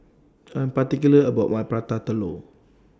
I Am particular about My Prata Telur